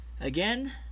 again